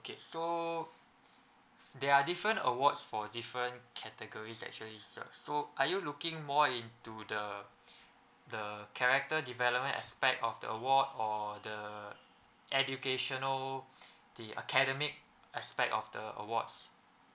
okay so there are different awards for different categories actually sir so are you looking moreinto the the character development aspect of the award or the educational the academic aspect of the awards